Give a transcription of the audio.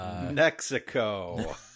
Mexico